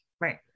Right